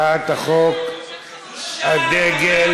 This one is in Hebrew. הצעת חוק הדגל,